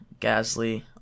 Gasly